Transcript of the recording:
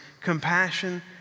compassion